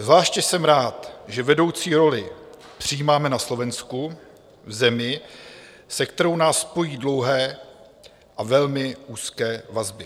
Zvláště jsem rád, že vedoucí roli přijímáme na Slovensku, v zemi, se kterou nás pojí dlouhé a velmi úzké vazby.